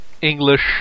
English